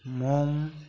momo